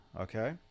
okay